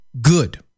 Good